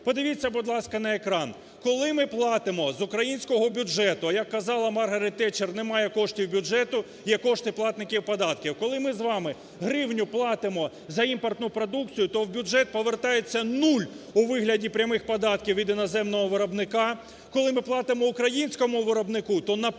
Подивіться, будь ласка, на екран, коли ми платимо з українського бюджету, а як казала Маргарет Тетчер: "Немає коштів бюджету, є кошти платників податків". Коли ми з вами гривню платимо за імпортну продукцію, то в бюджет повертається нуль у вигляді прямих податків від іноземного виробника, коли ми платимо українському виробнику, то на